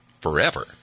forever